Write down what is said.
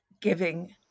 giving